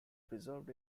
preserved